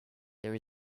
there